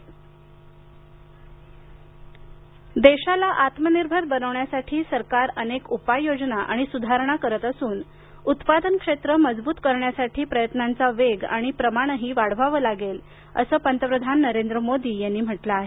मोदी देशाला आत्मनिर्भर बनविण्यासाठी सरकार अनेक उपाययोजना आणि सुधारणा करीत असून उत्पादन क्षेत्र मजबूत करण्यासाठी प्रयत्नांचा वेग आणि प्रमाणही वाढवावं लागेल असं पंतप्रधान नरेंद्र मोदी यांनी म्हटलं आहे